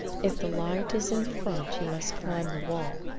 if the light is in front you must climb the wall,